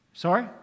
Sorry